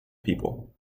people